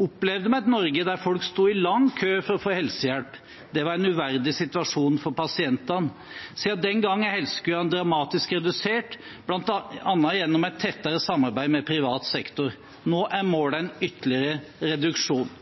opplevde vi et Norge der folk sto i lang kø for å få helsehjelp. Det var en uverdig situasjon for pasientene. Siden den gang er helsekøene dramatisk redusert, bl.a. gjennom et tettere samarbeid med privat sektor. Nå er målet en ytterligere reduksjon.